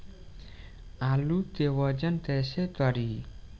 आलू के वजन कैसे करी?